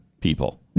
people